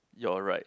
your right